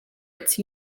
its